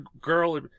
girl